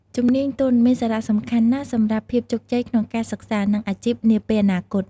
ជំនាញទន់ មានសារៈសំខាន់ណាស់សម្រាប់ភាពជោគជ័យក្នុងការសិក្សា និងអាជីពនាពេលអនាគត។